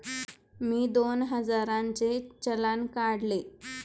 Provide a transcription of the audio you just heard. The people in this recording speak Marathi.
मी दोन हजारांचे चलान काढले